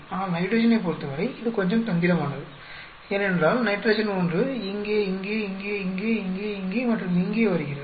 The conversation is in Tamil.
ஆனால் நைட்ரஜனைப் பொறுத்தவரை இது கொஞ்சம் தந்திரமானது ஏனென்றால் நைட்ரஜன் ஒன்று இங்கே இங்கே இங்கே இங்கே இங்கே இங்கே மற்றும் இங்கே வருகிறது